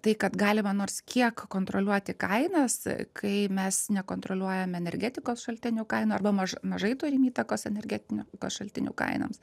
tai kad galima nors kiek kontroliuoti kainas kai mes nekontroliuojame energetikos šaltinių kainų arba mažai turim įtakos energetinių šaltinių kainoms